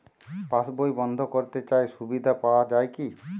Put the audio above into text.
পাশ বই বন্দ করতে চাই সুবিধা পাওয়া যায় কি?